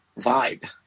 vibe